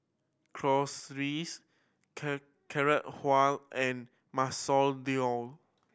Chorizo Carrot Halwa and Masoor Dal